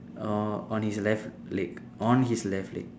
uh on his left leg on his left leg